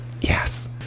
Yes